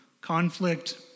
conflict